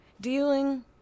dealing